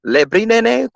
Lebrinene